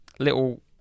little